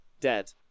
dead